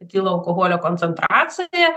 etilo alkoholio koncentraciją